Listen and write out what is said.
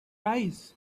eyes